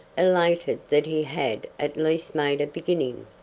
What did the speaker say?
elated that he had at least made a beginning.